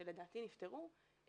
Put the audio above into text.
שלדעתי נפתרו,